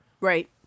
Right